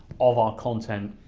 of our content,